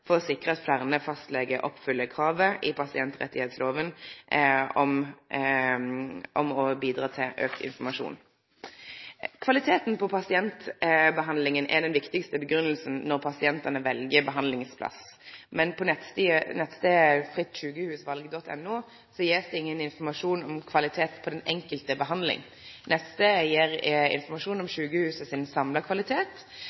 for å sikre at fleire fastlegar oppfyller kravet i pasientrettigheitsloven om å bidra til auka informasjon. Kvaliteten på pasientbehandlinga er den viktigaste grunnen når pasientane vel behandlingsstad. Men på nettstaden frittsykehusvalg.no blir det ikkje gjeve nokon informasjon om kvaliteten på den enkelte behandlinga. Nettstaden gjev informasjon om